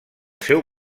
seu